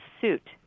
suit